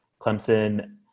Clemson